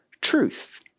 truth